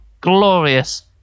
glorious